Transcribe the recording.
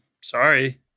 sorry